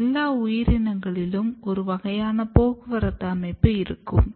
எல்லா உயிரினங்களிலும் ஒரு வகையான போக்குவரத்து அமைப்பு இருக்கும்